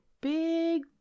big